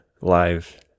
live